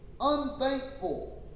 unthankful